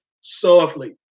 softly